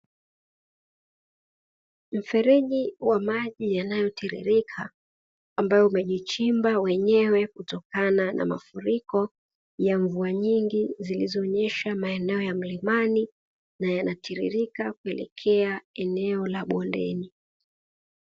Mfereji wa maji yanayotiririka, ambao umejichimba wenyewe kutokana na mafuriko ya mvua nyingi zilizoonyesha maeneo ya mlimani, na yanatiririka kuelekea eneo la bondeni.